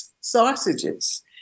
Sausages